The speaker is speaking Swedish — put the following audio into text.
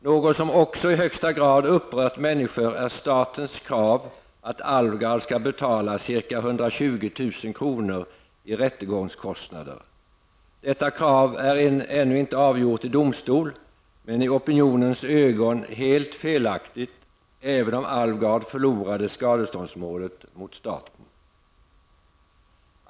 Något som också i högsta grad upprört människor är statens krav att Alvgard skall betala ca 120 000 kr. i rättegångskostnader. Detta krav är ännu inte avgjort i domstol, men i opinionens ögon är det helt felaktigt, även om Alvgard förlorade skadeståndsmålet mot staten.